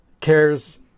cares